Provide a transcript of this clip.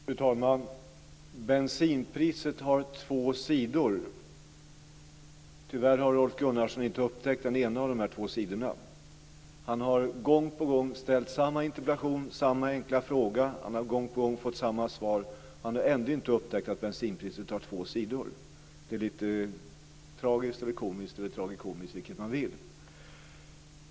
Fru talman! Bensinpriset har två sidor. Tyvärr har Rolf Gunnarsson inte upptäckt den ena av dessa två sidor. Han har gång på gång ställt samma interpellation, samma enkla fråga, och han har gång på gång fått samma svar. Han har ändå inte upptäckt att bensinpriset har två sidor. Det är lite tragiskt, komiskt, och det är tragikomiskt - vilket man vill.